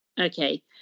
Okay